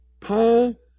Paul